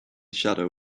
shadow